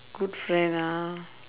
good friend ah